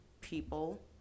people